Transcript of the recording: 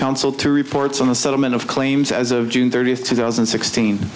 council to reports on the settlement of claims as of june thirtieth two thousand and sixteen